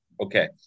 Okay